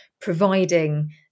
providing